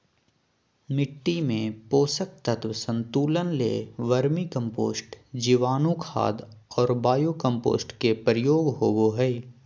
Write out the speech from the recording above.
मिट्टी में पोषक तत्व संतुलन ले वर्मी कम्पोस्ट, जीवाणुखाद और बायो कम्पोस्ट के प्रयोग होबो हइ